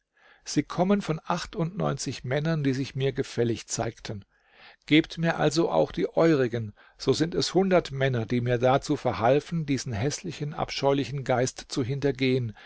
sie kommen von acht männern die sich mir gefällig zeigten gebt mir also auch die eurigen so sind es hundert männer die mir dazu verhalfen diesen häßlichen abscheulichen geist zu hintergehen